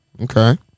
Okay